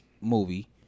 movie